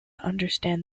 understand